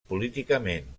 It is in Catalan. políticament